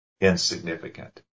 insignificant